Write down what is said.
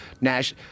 Nash